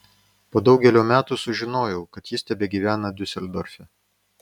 po daugelio metų sužinojau kad jis tebegyvena diuseldorfe